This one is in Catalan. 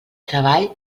treball